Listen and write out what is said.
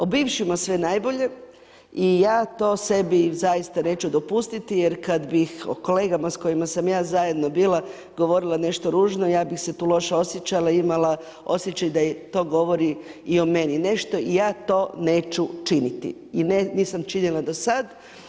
O bivšima sve najbolje i ja to sebi zaista neću dopustiti jer kad bih o kolegama s kojima sam ja zajedno bila, govorila nešto ružno, ja bi se tu loše osjećala i imala osjećaj da to govori i o meni nešto, ja to neću činiti i nisam činila do sad.